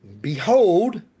Behold